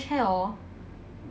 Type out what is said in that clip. hair orh